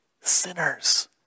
Sinners